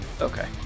Okay